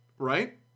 right